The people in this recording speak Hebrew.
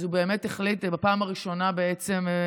אז הוא באמת החליט, בעצם בפעם הראשונה בהיסטוריה,